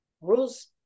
rules